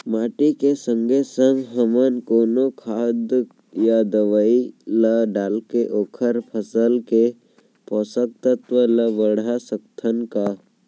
माटी के संगे संग हमन कोनो खाद या दवई ल डालके ओखर फसल के पोषकतत्त्व ल बढ़ा सकथन का?